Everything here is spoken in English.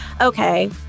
okay